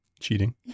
cheating